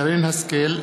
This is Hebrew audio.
שרן השכל,